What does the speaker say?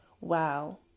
wow